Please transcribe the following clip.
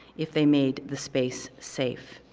if they made the space safe.